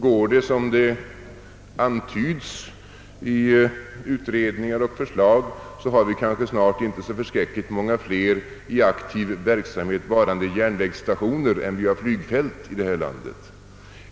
Går det som det antytts i utredningar och förslag, har vi kanske snart inte så särskilt många fler järnvägsstationer än vi har flygfält.